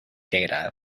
data